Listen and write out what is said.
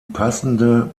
passende